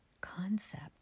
concept